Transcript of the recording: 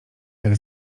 jak